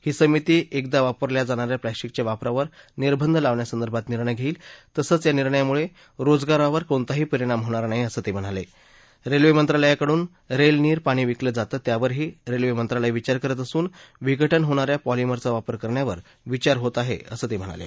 ही समिती एकदा वापरल्या जाणाऱ्या प्लस्टिकच्या वापरावर निर्बंध लावण्या संदर्भात निर्णय घड्डव तसंच या निर्णयामुळ जिजगारावर कोणताही परिणाम होणार नाही असंही तस्हिणाल रेख्विमित्रालयाकडून रद्यानीर पाणी विकलं जातं त्यावरही रस्त्रिमित्रालय विचार करत असून विघटन होणाऱ्या पॉलिमरचा वापर करण्यावर विचार होत आह असं त्यांनी सांगितलं